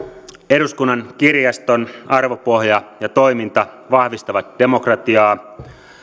eduskunnan kirjaston arvopohja ja toiminta vahvistavat demokratiaa